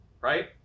right